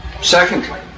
Secondly